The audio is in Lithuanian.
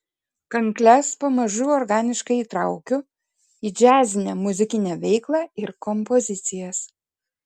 kankles pamažu organiškai įtraukiu į džiazinę muzikinę veiklą ir kompozicijas